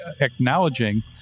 acknowledging